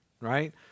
right